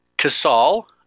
Casal